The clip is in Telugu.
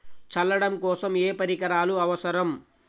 చల్లడం కోసం ఏ పరికరాలు అవసరం?